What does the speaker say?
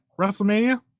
WrestleMania